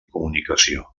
comunicació